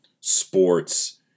sports